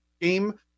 game